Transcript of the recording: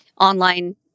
online